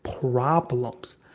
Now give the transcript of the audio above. problems